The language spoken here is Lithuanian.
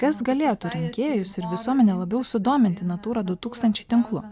kas galėtų rinkėjus ir visuomenę labiau sudominti natūrą du tūkstančiai tinklu